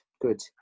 good